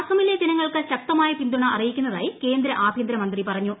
അസമിലെ ജനങ്ങൾക്ക് ശക്തമായ പിന്തുണ അറിയിക്കുന്നതായി കേന്ദ്ര ആഭ്യന്തരമന്ത്രി പറഞ്ഞു